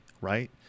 right